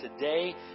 today